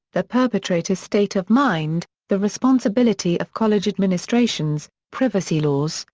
the perpetrator's state of mind, the responsibility of college administrations, privacy laws,